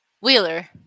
Wheeler